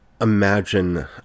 imagine